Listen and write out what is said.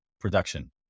Production